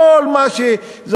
כל מה שזז.